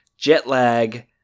Jetlag